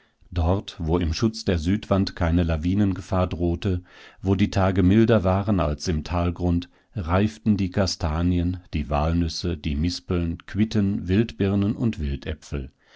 dort wo im schutz der südwand keine lawinengefahr drohte wo die tage milder waren als im talgrund reiften die kastanien die walnüsse die mispeln quitten wildbirnen und